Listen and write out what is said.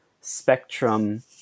spectrum